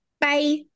bye